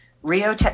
Rio